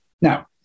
Now